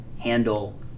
handle